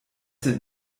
sind